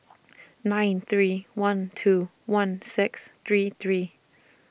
nine three one two one six three three